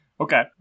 Okay